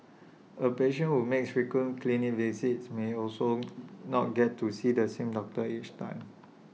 A patient who makes frequent clinic visits may also not get to see the same doctor each time